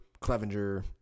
Clevenger